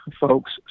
folks